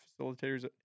facilitators